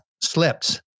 slips